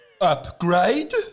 Upgrade